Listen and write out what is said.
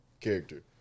character